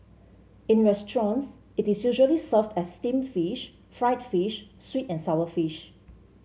in restaurants it is usually served as steamed fish fried fish sweet and sour fish